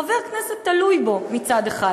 חבר הכנסת תלוי בו מצד אחד,